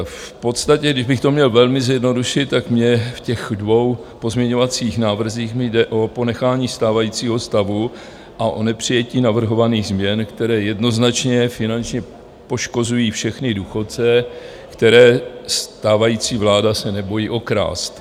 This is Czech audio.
V podstatě, když bych to měl velmi zjednodušit, v těch dvou pozměňovacích návrzích mi jde o ponechání stávajícího stavu a o nepřijetí navrhovaných změn, které jednoznačně finančně poškozují všechny důchodce, které se stávající vláda nebojí okrást.